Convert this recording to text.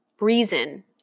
reason